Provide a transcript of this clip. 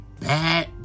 bad